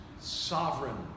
sovereign